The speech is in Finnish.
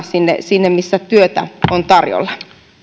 sinne sinne missä työtä on tarjolla